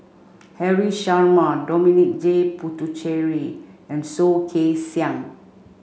Haresh Sharma Dominic J Puthucheary and Soh Kay Siang